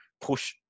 push